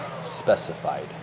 specified